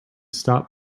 stop